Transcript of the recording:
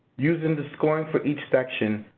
using the scoring for each section,